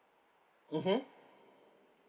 mmhmm